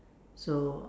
so